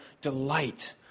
delight